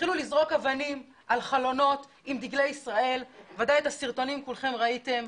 לזרוק אבנים על חלונות עם דגלי ישראל ודאי את הסרטונים כולכם ראיתם,